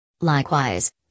Likewise